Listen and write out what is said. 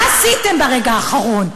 מה עשיתם ברגע האחרון?